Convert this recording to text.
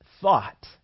thought